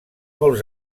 molts